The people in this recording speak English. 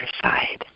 side